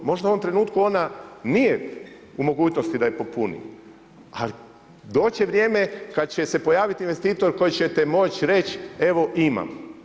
Možda u ovom trenutku nije u mogućnosti da je popuni, ali doći će vrijeme kada će se pojaviti investitor kojem ćete moći reć evo imam.